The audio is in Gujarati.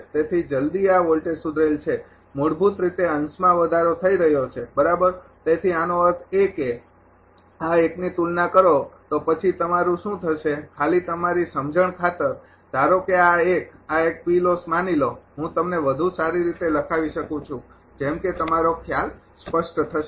તેથી જલદી આ વોલ્ટેજ સુધરેલ છે મૂળભૂત રીતે અંશમાં વધારો થઈ રહ્યો છે બરાબર તેથી આનો અર્થ એ કે આ એકની તુલના કરો તો પછી તમારું શું થશે ખાલી તમારી સમજણ ખાતર ધારો કે આ એક આ એક માની લો હું તમને વધુ સારી રીતે લખાવી શકું છું જેમ કે તમારો ખ્યાલ સ્પષ્ટ થશે